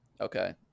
Okay